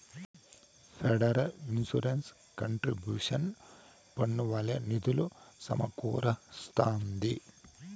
federal insurance contribution పన్నుల వల్లే నిధులు సమకూరస్తాంది